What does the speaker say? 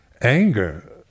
anger